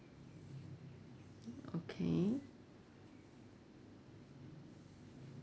okay